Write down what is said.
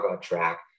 track